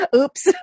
oops